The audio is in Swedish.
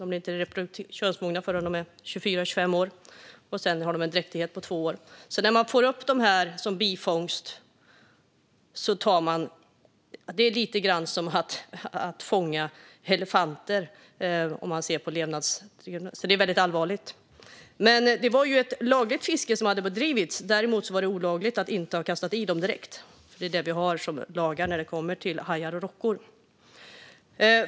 De blir inte könsmogna förrän de är 24-25 år, och sedan har de en dräktighet på två år. När man får upp dem som bifångst är det lite som att fånga elefanter, så det är väldigt allvarligt. Det var dock ett lagligt fiske som hade bedrivits. Däremot var det olagligt att inte kasta i dem direkt. Så ser lagen ut när det kommer till hajar och rockor.